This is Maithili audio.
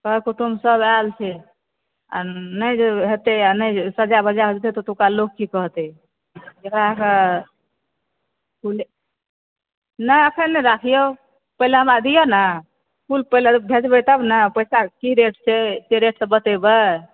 सभ कुटुम्बसभ आयल छै आ नहि जे हेतै नहि जे सजाबै छै तऽ ओतुका लोक की कहतै वएह फूले नहि अखन नहि राखियौ पहिले हमरा दिय ने फूल पहिले भेजबै तब ने पैसा की रेट छै से रेटसभ बतेबै